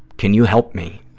can you help me,